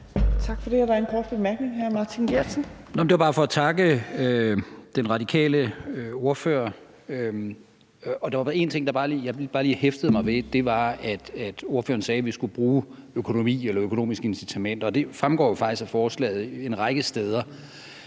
fra hr. Martin Geertsen. Kl. 18:25 Martin Geertsen (V): Det var bare for at takke den radikale ordfører. Der var bare én ting, jeg lige hæftede mig ved, og det var, at ordføreren sagde, at vi skulle bruge økonomiske incitamenter, og det fremgår jo faktisk af forslaget en række steder,